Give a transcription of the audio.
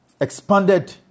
expanded